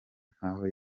nkaho